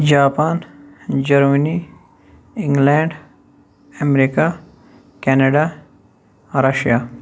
Japan Germany England America Canada Russia